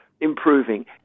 improving